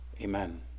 amen